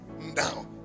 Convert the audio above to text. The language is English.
now